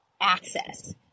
access